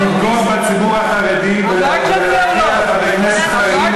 לבגוד בציבור החרדי ולהכריח חברי כנסת חרדים